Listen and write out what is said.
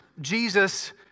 Jesus